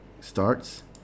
starts